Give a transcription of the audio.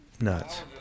nuts